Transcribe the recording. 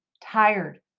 tired